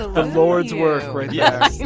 the lord's work right yeah